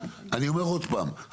אני אומר עוד פעם.